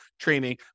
training